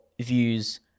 views